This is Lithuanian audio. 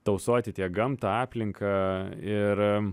tausoti tiek gamtą aplinką ir